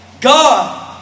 God